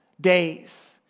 days